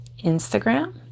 Instagram